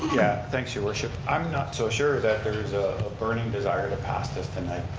thanks, your worship. i'm not so sure that there's ah ah burning desire to pass this tonight.